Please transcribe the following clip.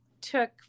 took